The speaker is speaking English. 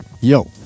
Yo